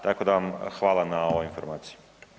Tako da vam hvala na ovoj informaciji.